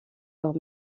leur